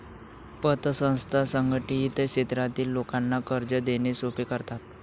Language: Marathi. पतसंस्था असंघटित क्षेत्रातील लोकांना कर्ज देणे सोपे करतात